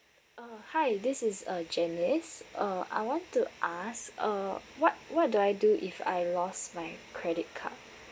uh hi this is uh janice uh I want to ask uh what what do I do if I lost my credit card